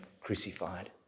crucified